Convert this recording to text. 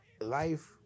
life